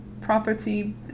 property